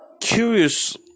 curious